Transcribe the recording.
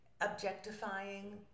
objectifying